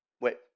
Wait